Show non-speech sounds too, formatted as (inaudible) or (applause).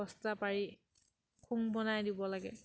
বস্তা পাৰি (unintelligible) বনাই দিব লাগে